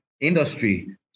industry